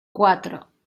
cuatro